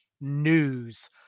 news